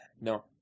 No